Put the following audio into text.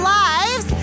lives